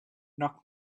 knock